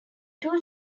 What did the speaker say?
two